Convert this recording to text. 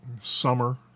Summer